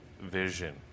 vision